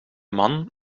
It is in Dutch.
man